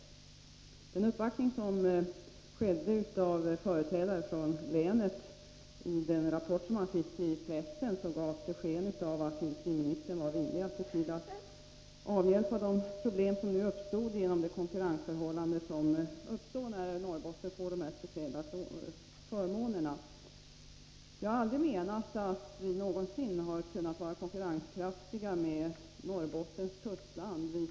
Vid den uppvaktning som skedde av företrädare för länet, vilken redovisades i pressen, gavs det sken av att industriministern är villig att avhjälpa de problem som uppstått på grund av det konkurrensförhållande som blivit en följd av att Norrbotten får speciella förmåner. Jag har aldrig menat att Västerbottens inland kunnat konkurrera med Norrbottens kustland.